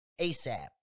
ASAP